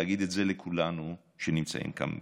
ולהגיד את זה לכולנו שנמצאים כאן בכנסת: